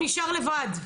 הוא נשאר לבד.